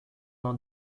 não